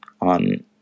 on